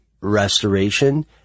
restoration